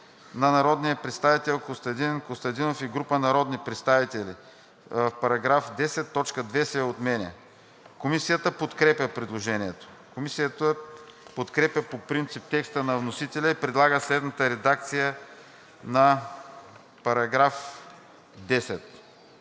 на народния представител Костадин Костадинов и група народни представители: „В § 10 т. 2 се отменя.“ Комисията подкрепя предложението. Комисията подкрепя по принцип текста на вносителя и предлага следната редакция на § 10: „§ 10.